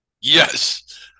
yes